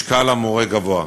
משקל המורה גבוה,